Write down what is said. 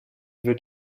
wird